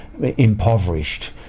impoverished